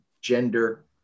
gender